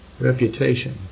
reputation